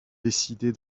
décider